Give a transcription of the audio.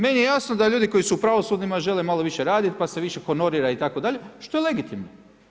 Meni je jasno da ljudi koji su u pravosudnima žele malo više raditi, pa se više honorira itd., što je legitimno.